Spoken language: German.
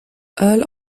earl